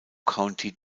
county